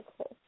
Okay